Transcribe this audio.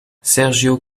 sergio